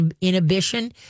inhibition